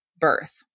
birth